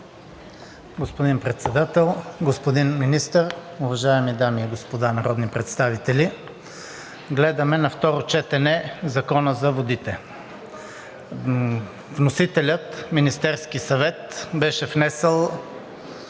Господин Председател, господин Министър, уважаеми дами и господа народни представители! Гледаме на второ четене Закона за водите. Вносителят – Министерският съвет, беше внесъл